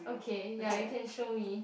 okay ya you can show me